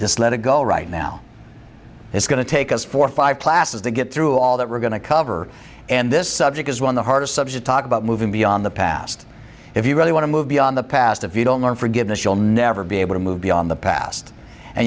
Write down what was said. just let it go right now it's going to take us four five classes to get through all that we're going to cover and this subject is one the hardest subject about moving beyond the past if you really want to move beyond the past if you don't learn forgiveness you'll never be able to move beyond the past and